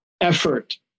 effort